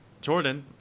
Jordan